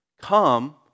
come